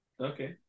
Okay